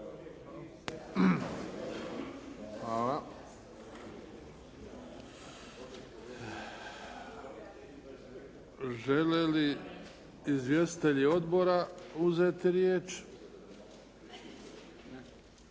Hvala. Žele li izvjestitelji odbora uzeti riječ? Ne.